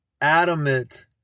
adamant